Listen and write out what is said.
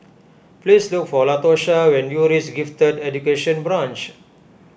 please look for Latosha when you reach Gifted Education Branch